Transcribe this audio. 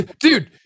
dude